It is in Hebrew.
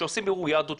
שעושים בירור יהדות,